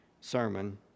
sermon